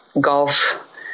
golf